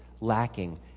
lacking